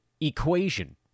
equation